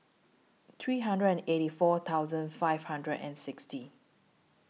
three hundred and eighty four thousand five hundred and sixty